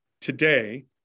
today